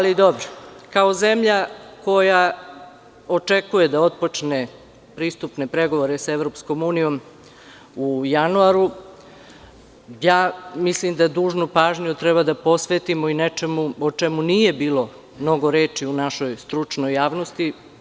Kao zemlja koja očekuje da otpočne pristupne pregovore sa EU u januaru, mislim da dužnu pažnju treba da posvetimo nečemu o čemu nije bilo mnogo reči u našoj stručnoj javnosti.